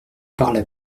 parla